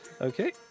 Okay